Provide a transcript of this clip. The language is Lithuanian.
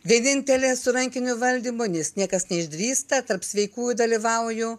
vienintelė su rankiniu valdymu nes niekas neišdrįsta tarp sveikųjų dalyvauju